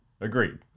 Agreed